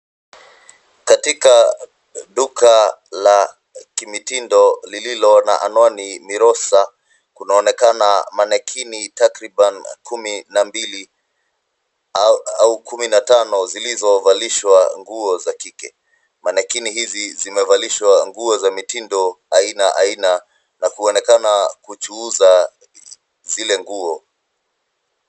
Katika duka la kimitindo lililo na anwani Mirosa, kunaonekana manekini(cs) takriban kumi na mbili au kumi na tano zilizovalishwa nguo za kike. Manekini hizi zimevalishwa nguo za mitindo aina aina na kuonekana kuchuuza zile nguo.